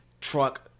truck